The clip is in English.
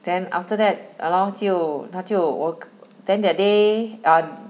then after that uh lor 就他就我 K then that day um